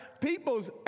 people's